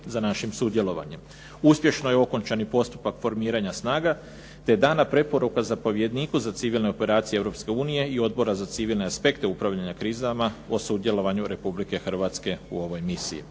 za našim sudjelovanjem. Uspješno je okončan i postupak formiranja snaga, te dana preporuka zapovjedniku za civilne operacije Europske unije i odbora za civilne aspekte upravljanja krizama o sudjelovanju Republike Hrvatske u ovoj misiji.